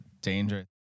dangerous